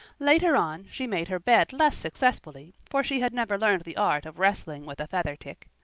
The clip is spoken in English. later on she made her bed less successfully, for she had never learned the art of wrestling with a feather tick.